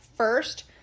First